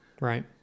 Right